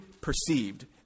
perceived